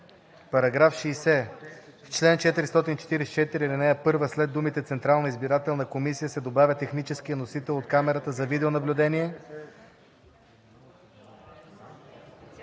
„§ 60. В чл. 444, ал. 1 след думите „Централната избирателна комисия“ се добавя „техническия носител от камерата за видеонаблюдение“,